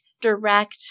direct